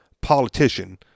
politician